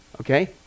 Okay